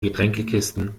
getränkekisten